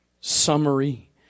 summary